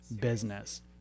business